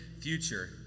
future